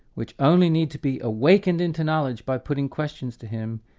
which only need to be awakened into knowledge by putting questions to him,